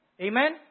Amen